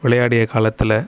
விளையாடிய காலத்தில்